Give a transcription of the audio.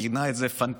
הוא כינה את זה "פנטזיה"